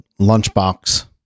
lunchbox